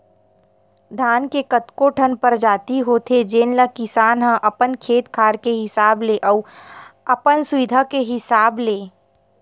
धान के कतको ठन परजाति होथे जेन ल किसान ह अपन खेत खार के हिसाब ले अउ अपन सुबिधा के हिसाब ले बोथे